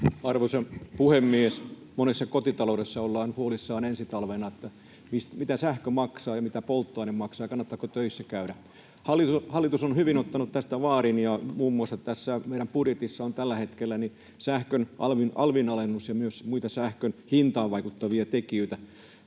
Arvoisa puhemies! Monessa kotita-loudessa ollaan huolissaan ensi talvena, mitä sähkö maksaa ja mitä polttoaine maksaa, kannattaako töissä käydä. Hallitus on ottanut hyvin tästä vaarin, ja tässä meidän budjetissa on tällä hetkellä muun muassa sähkön alvin alennus ja myös muita sähkön hintaan vaikuttavia tekijöitä.